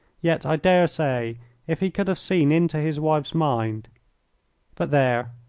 yet i dare say if he could have seen into his wife's mind but there,